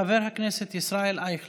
חבר הכנסת מאיר כהן,